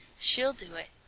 she'll do it.